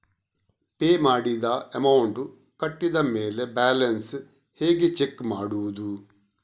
Pay ಮಾಡಿದ amount ಕಟ್ಟಿದ ಮೇಲೆ ಬ್ಯಾಲೆನ್ಸ್ ಹೇಗೆ ಚೆಕ್ ಮಾಡುವುದು?